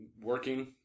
working